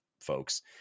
folks